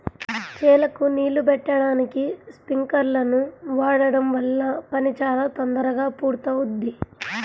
చేలకు నీళ్ళు బెట్టడానికి స్పింకర్లను వాడడం వల్ల పని చాలా తొందరగా పూర్తవుద్ది